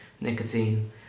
nicotine